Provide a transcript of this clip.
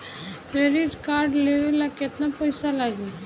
Credit card लेवे ला केतना पइसा लागी?